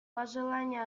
пожелание